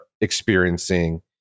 experiencing